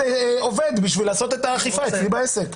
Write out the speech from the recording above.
עובד בשביל לעשות את האכיפה אצלי בעסק.